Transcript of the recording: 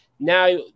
Now